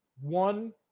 one